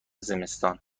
زمستان